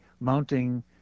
mounting